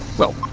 well,